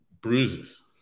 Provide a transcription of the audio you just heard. bruises